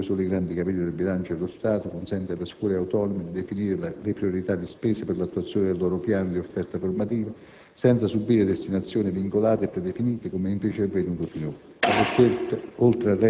Infatti, l'accorpamento in due soli grandi capitoli del bilancio dello Stato consente alle scuole autonome di definire le priorità di spesa per l'attuazione del loro piano di offerta formativa, senza subire destinazioni vincolate e predefinite, come è invece avvenuto